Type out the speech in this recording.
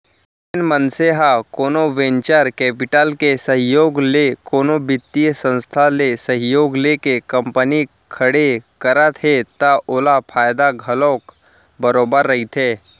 जेन मनसे ह कोनो वेंचर कैपिटल के सहयोग ले कोनो बित्तीय संस्था ले सहयोग लेके कंपनी खड़े करत हे त ओला फायदा घलोक बरोबर रहिथे